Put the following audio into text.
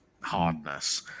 hardness